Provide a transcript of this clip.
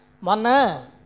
mana